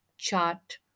chart